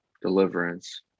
Deliverance